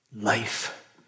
life